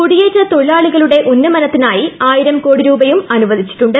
കുടിയേറ്റ തൊഴിലാളികളുടെ ഉന്നമനത്തിനായി ആയിരംകോടി രൂപയും അനുവദിച്ചിട്ടുണ്ട്